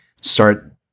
start